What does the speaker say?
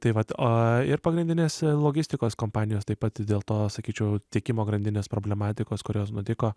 tai vat o ir pagrindinės logistikos kompanijos taip pat dėl to sakyčiau tiekimo grandinės problematikos kurios nutiko